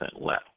less